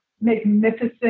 magnificent